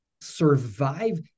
survive